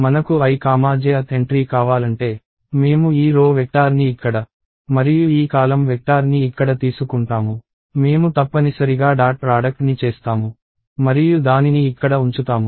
మనకు i కామా jth entry కావాలంటే మేము ఈ రో వెక్టార్ని ఇక్కడ మరియు ఈ కాలమ్ వెక్టార్ని ఇక్కడ తీసుకుంటాము మేము తప్పనిసరిగా డాట్ ప్రాడక్ట్ ని చేస్తాము మరియు దానిని ఇక్కడ ఉంచుతాము